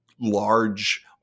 large